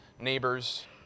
neighbors